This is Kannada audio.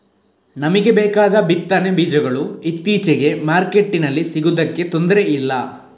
ನಮಿಗೆ ಬೇಕಾದ ಬಿತ್ತನೆ ಬೀಜಗಳು ಇತ್ತೀಚೆಗೆ ಮಾರ್ಕೆಟಿನಲ್ಲಿ ಸಿಗುದಕ್ಕೆ ತೊಂದ್ರೆ ಇಲ್ಲ